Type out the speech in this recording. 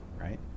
right